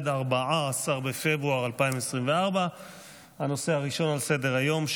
14 בפברואר 2024. הנושא הראשון על סדר-היום,